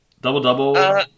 Double-double